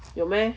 有 meh